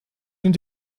sind